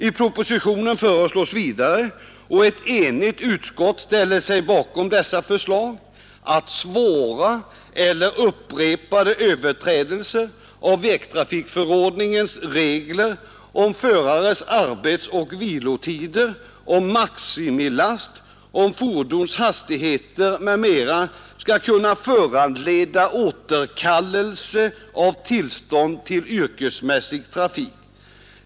I propositionen föreslås vidare, och ett enigt utskott ställer sig bakom dessa förslag, att svåra eller upprepade överträdelser av vägtrafikförordningens regler om förares arbetsoch vilotider, om maximilast, om fordonshastigheter m. m, skall kunna föranleda återkallelse av tillstånd till yrkesmässig trafik.